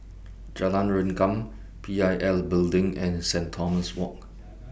Jalan Rengkam P I L Building and Saint Thomas Walk